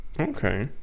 Okay